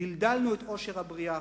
דלדלנו את אוכלוסיית חיות הבר ברשלנותנו.